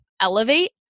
elevate